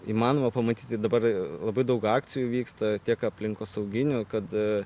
įmanoma pamatyti dabar labai daug akcijų vyksta tiek aplinkosauginių kad